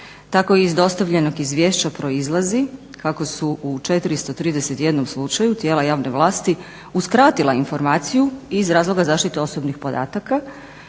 Tako i iz dostavljenog izvješća proizlazi kako su u 431 slučaju tijela javne vlasti uskratila informaciju iz razloga zaštite osobnih podataka